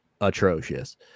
atrocious